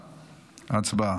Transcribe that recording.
הצבעה.